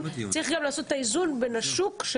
צריך רק לעשות את האיזון בין השוק כדי